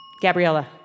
Gabriella